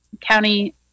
county